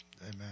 Amen